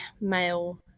male